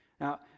Now